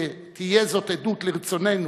תהיה זאת עדות לרצוננו,